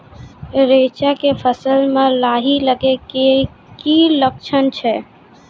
रैचा के फसल मे लाही लगे के की लक्छण छै?